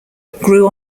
grew